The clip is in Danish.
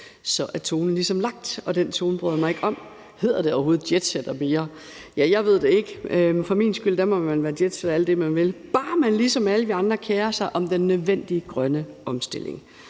Så er tonen ligesom lagt, og den tone bryder jeg mig ikke om. Hedder det overhovedet jetsetter mere? Ja, jeg ved det ikke. For min skyld må man være jetsetter alt det, man vil, bare man ligesom alle vi andre kerer sig om den nødvendige grønne omstilling.